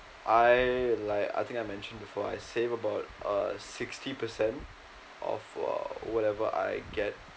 I like I think I mentioned before I save about uh sixty percent of uh whatever I get